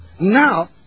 Now